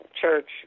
church